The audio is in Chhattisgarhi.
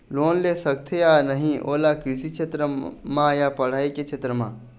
लोन ले सकथे या नहीं ओला कृषि क्षेत्र मा या पढ़ई के क्षेत्र मा?